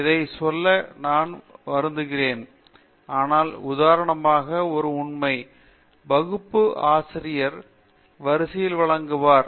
இதை சொல்ல நான் வருந்துகிறேன் ஆனால் உதாரணமாக ஒரு உண்மை வகுப்பு அறையில் ஆசிரியர் விரிவுரைகளை வழங்குவார்